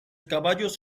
caballos